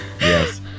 Yes